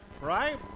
Right